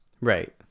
Right